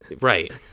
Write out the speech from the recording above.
right